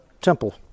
temple